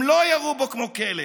הם לא ירו בו כמו כלב.